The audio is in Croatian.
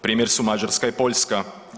Primjer su Mađarska i Poljska.